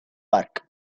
park